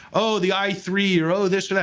oh, the i three, or, oh this or that.